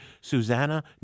Susanna